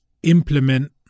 implement